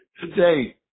today